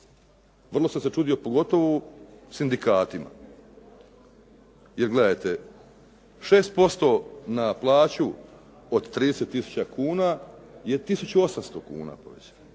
Vrlo sam se čudio pogotovo sindikatima, jer gledajte 6% na plaću od 30000 kn je 1800 kuna.